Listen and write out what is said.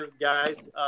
guys